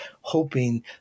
hoping